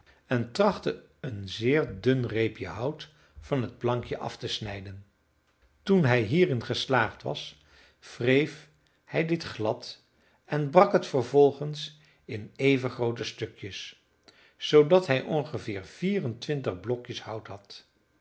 en trachtte een zeer dun reepje hout van het plankje af te snijden toen hij hierin geslaagd was wreef hij dit glad en brak het vervolgens in even groote stukjes zoodat hij ongeveer vier en twintig blokjes hout had